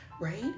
right